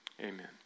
amen